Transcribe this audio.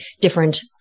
different